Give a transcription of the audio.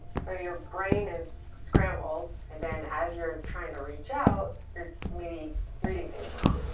so your brain is scrambled, and then as you're trying to reach out, you're maybe reading things wrong.